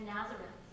Nazareth